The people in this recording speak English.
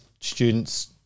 students